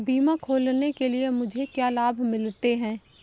बीमा खोलने के लिए मुझे क्या लाभ मिलते हैं?